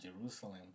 Jerusalem